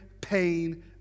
pain